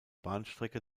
bahnstrecke